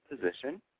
position